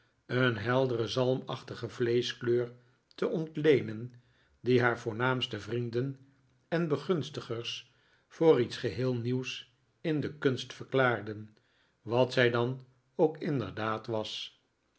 een heldere zalmachtige vleeschkleur te ontleenen die haar voornaamste vrienden en begunstigers voor iets geheel nieuws in de kunst verklaarden wat zij dan ook inderdaad was